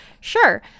sure